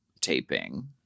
taping